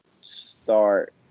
start